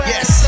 Yes